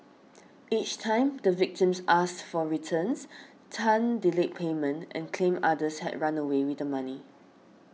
each time the victims asked for their returns Tan delayed payment and claimed others had run away with the money